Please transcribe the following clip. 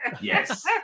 Yes